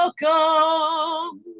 Welcome